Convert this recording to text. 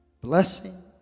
blessing